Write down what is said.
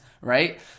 right